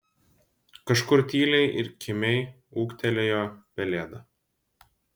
kažkur tyliai ir kimiai ūktelėjo pelėda